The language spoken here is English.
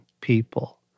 people